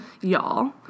y'all